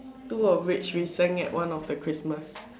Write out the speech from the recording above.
two of which we sang at one of the Christmas